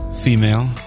female